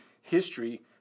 history